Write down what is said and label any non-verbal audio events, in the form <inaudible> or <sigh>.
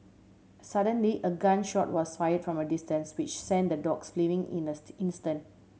suddenly a gun shot was fired from a distance which sent the dogs fleeing in an <unintelligible> instant